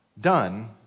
done